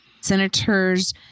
Senators